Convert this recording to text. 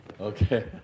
Okay